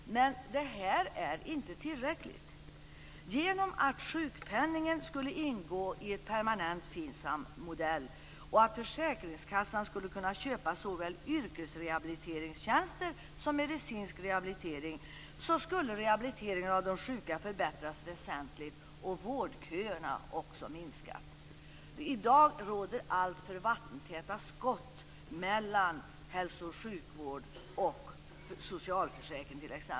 Men detta är inte tillräckligt. Om man lät sjukpenningen ingå i en permanent FINSAM-modell och gav försäkringskassan möjlighet att köpa såväl yrkesrehabiliteringstjänster som medicinsk rehabilitering skulle rehabiliteringen av de sjuka förbättras väsentligt och vårdköerna minskas. I dag finns alltför vattentäta skott mellan t.ex. hälso och sjukvård och socialförsäkring.